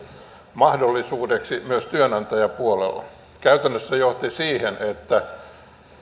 mahdollisuudeksi myös työnantajapuolella käytännössä se johti siihen että